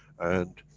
and,